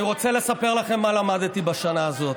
אני רוצה לספר לכם מה למדתי בשנה הזאת.